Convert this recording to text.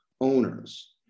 owners